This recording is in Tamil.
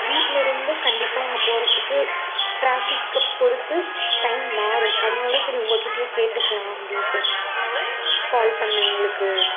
வீட்லேருந்து கண்டிப்பாக அங்கே போகிறத்துக்கு ட்ராஃபிக்கை பொறுத்து டைம் மாறும் அதனால் சரி உங்ககிட்ட கேட்டுக்கலாம் அப்படின்ட்டு கால் பண்ணிணேன் உங்களுக்கு